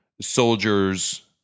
soldiers